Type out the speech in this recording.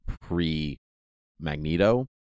pre-Magneto